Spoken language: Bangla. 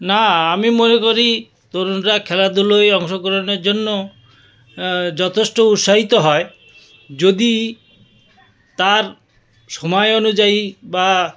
না আমি মনে করি তরুণরা খেলাধুলোয় অংশগ্রহণের জন্য যথেষ্ট উৎসাহিত হয় যদি তার সময় অনুযায়ী বা